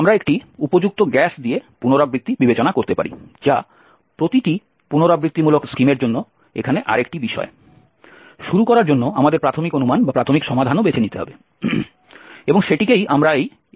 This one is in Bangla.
আমরা একটি উপযুক্ত গ্যাস দিয়ে পুনরাবৃত্তি বিবেচনা করতে পারি যা প্রতিটি পুনরাবৃত্তিমূলক স্কিমের জন্য এখানে আরেকটি বিষয় শুরু করার জন্য আমাদের প্রাথমিক অনুমান বা প্রাথমিক সমাধানও বেছে নিতে হবে এবং সেটিকেই আমরা এই x0 বলি